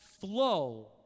flow